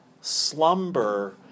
slumber